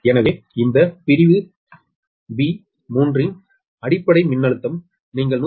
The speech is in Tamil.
எனவே இந்த b பிரிவு 3 அடிப்படை மின்னழுத்தம் நீங்கள் 118